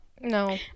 no